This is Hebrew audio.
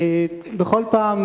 בכל פעם,